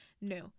no